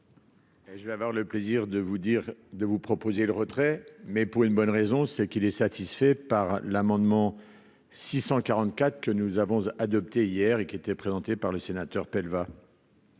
je vais avoir le plaisir de vous dire de vous proposer le retrait mais pour une bonne raison, c'est qu'il est satisfait par l'amendement 644 que nous avons adopté hier et qui était présenté par le sénateur Pell va.